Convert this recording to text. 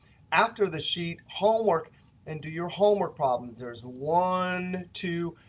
after the sheet homework and do your homework problems. there's one, two.